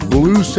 Blue